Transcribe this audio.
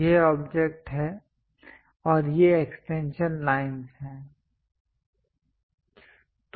यह ऑब्जेक्ट है और ये एक्सटेंशन लाइनस् हैं